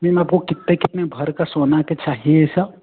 ma'am आपको कितने कितने भर का सोना का चाहिए ये सब